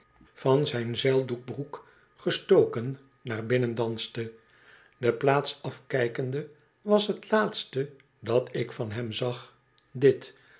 van zijn zeildoekbroek gestoken naar binnen danste de plaats afkijkende was t laatste dat ik van hem zag dit